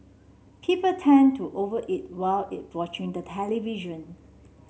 people tend to over eat while eat watching the television